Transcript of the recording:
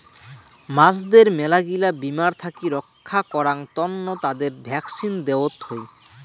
মাছদের মেলাগিলা বীমার থাকি রক্ষা করাং তন্ন তাদের ভ্যাকসিন দেওয়ত হই